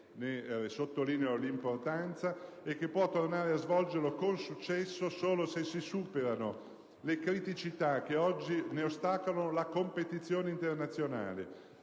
ne sottolineino l'importanza - e può tornare a svolgerlo con successo solo se si superano le criticità che oggi ne ostacolano la competizione internazionale.